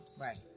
Right